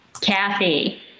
Kathy